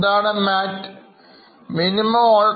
എന്താണ് MAT